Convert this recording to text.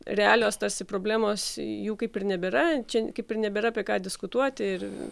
realios tos problemos jų kaip ir nebėra čia kaip ir nebėra apie ką diskutuoti ir